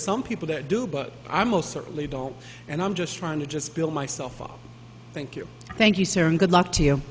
are some people that do but i most certainly don't and i'm just trying to just build myself up thank you thank you sir and good luck to you